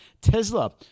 Tesla